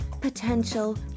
potential